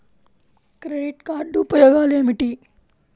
Credit card ఉపయోగాలు ఏమిటి?